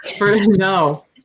No